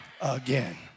again